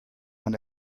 man